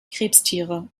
krebstiere